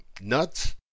Nuts